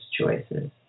choices